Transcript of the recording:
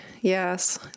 yes